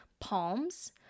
palms